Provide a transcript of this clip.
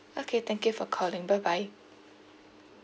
okay thank you for calling bye bye